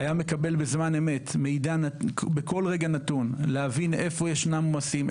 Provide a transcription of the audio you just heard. הוא היה מקבל בזמן אמת בכל רגע נתון להבין איפה יש עומסים,